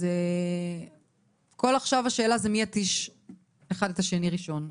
אז עכשיו כל השאלה זה מי יתיש אחד את השני ראשון,